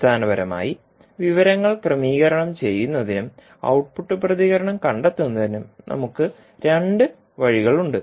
അടിസ്ഥാനപരമായി വിവരങ്ങൾ ക്രമീകരണം ചെയ്യുന്നതിനും ഔട്ട്പുട്ട് പ്രതികരണം കണ്ടെത്തുന്നതിനും നമുക്ക് രണ്ട് വഴികൾ ഉണ്ട്